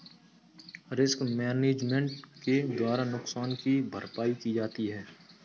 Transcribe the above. risk management के द्वारा नुकसान की भरपाई की जाती है